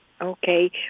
Okay